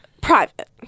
Private